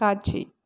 காட்சி